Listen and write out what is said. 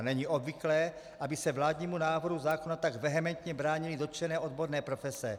Není obvyklé, aby se vládnímu návrhu zákona tak vehementně bránily dotčené odborné profese.